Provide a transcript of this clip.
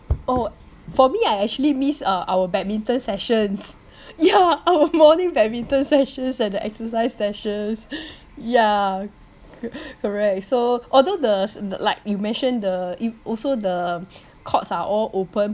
oh for me I actually miss uh our badminton sessions yeah our morning badminton sessions and the exercise sessions ya co~ correct so although the s~ like you mentioned the also the courts are all open